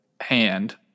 hand